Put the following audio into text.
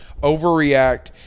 overreact